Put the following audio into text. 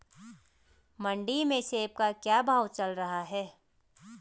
मंडी में सेब का क्या भाव चल रहा है?